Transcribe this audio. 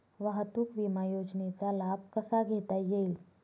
वाहतूक विमा योजनेचा लाभ कसा घेता येईल?